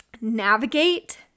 navigate